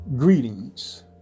Greetings